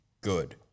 good